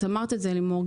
אמרת את זה לימור,